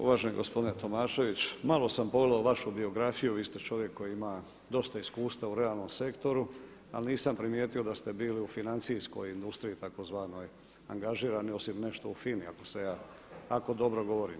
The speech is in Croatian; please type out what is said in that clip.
Uvaženi gospodine Tomašević malo sam pogledao vašu biografiju, vi ste čovjek koji ima dosta iskustva u realnom sektoru ali nisam primijetio da ste bili u financijskoj industriji tzv. angažirani osim nešto u FINA-i ako dobro govorim.